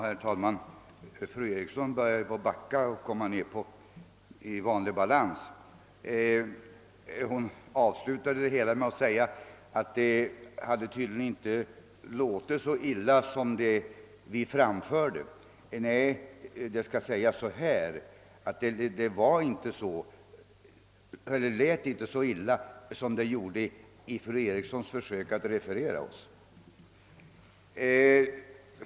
Herr talman! Fru Eriksson i Stockholm börjar backa och komma i vanlig balans. Hon avslutade sitt inlägg med att säga att det tydligen inte var så illa med vårt resonemang som det lät. Det skall sägas så här: Vårt resonemang lät inte så illa som det gjorde i fru Erikssons försök att referera det.